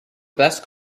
best